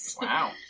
Wow